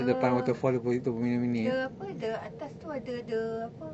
the the apa the atas tu ada the the apa